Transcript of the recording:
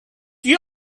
you